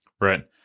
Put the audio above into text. Right